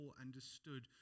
understood